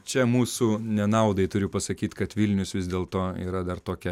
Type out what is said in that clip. čia mūsų nenaudai turiu pasakyt kad vilnius vis dėlto yra dar tokia